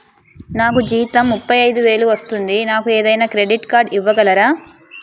నాకు జీతం ముప్పై ఐదు వేలు వస్తుంది నాకు ఏదైనా క్రెడిట్ కార్డ్ ఇవ్వగలరా?